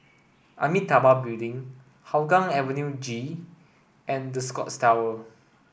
Amitabha Building Hougang Avenue G and The Scotts Tower